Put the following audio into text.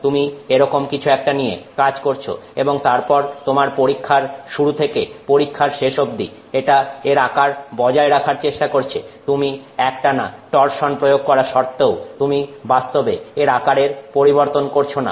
তুমি এরকম কিছু একটা নিয়ে কাজ করছ এবং তারপর তোমার পরীক্ষার শুরু থেকে পরীক্ষার শেষ অব্দি এটা এর আকার বজায় রাখার চেষ্টা করছে তুমি একটানা টরসন প্রয়োগ করা সত্ত্বেও তুমি বাস্তবে এর আকারের পরিবর্তন করছো না